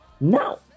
Now